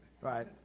right